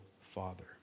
father